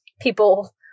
people